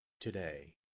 today